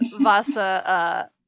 Vasa